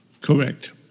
Correct